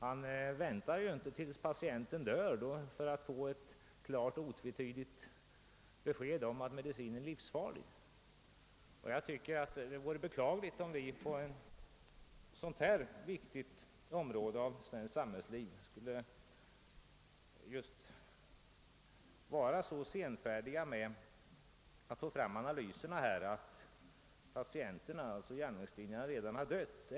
Han väntar inte tills patienten dör för att få ett klart och otvetydigt besked om att medicinen är livsfarlig. Och jag tycker det vore beklagligt om vi, när det gäller ett sådant här viktigt område av svenskt samhällsliv, skulle vara så senfärdiga med att få fram analyserna att patienten dör — d. v. s. järnvägslinjerna läggs ned.